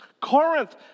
Corinth